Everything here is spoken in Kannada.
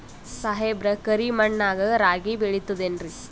ಸಾಹೇಬ್ರ, ಕರಿ ಮಣ್ ನಾಗ ರಾಗಿ ಬೆಳಿತದೇನ್ರಿ?